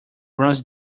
runs